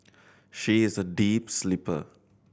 she is a deep sleeper